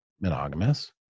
monogamous